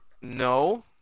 No